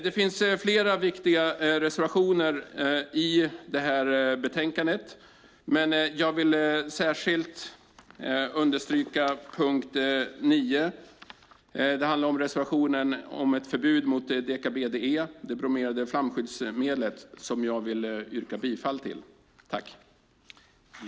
Det finns flera viktiga reservationer i betänkandet, men jag vill särskilt understryka punkt 9. Det är reservationen som handlar om förbud mot deka-BDE, det bromerade flamskyddsmedlet, och som jag vill yrka bifall till.